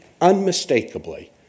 unmistakably